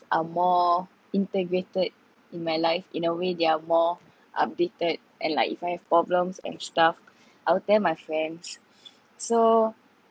are more integrated in my life in a way they are more updated and like if I have problems and stuff I'll tell my friends so